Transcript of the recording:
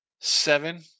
Seven